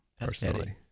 personally